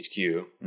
HQ